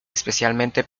especialmente